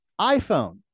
iPhone